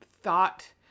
thought